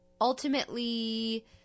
Ultimately